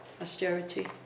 austerity